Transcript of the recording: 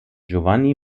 giovanni